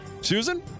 Susan